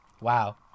Wow